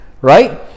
right